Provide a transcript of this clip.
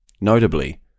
Notably